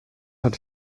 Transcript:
hat